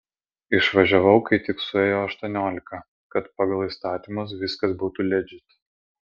išvažiavau kai tik suėjo aštuoniolika kad pagal įstatymus viskas būtų ledžit